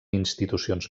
institucions